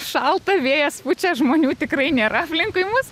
šalta vėjas pučia žmonių tikrai nėra aplinkui mus